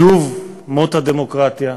שוב, מות הדמוקרטיה.